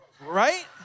right